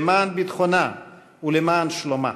למען ביטחונה ולמען שלומה.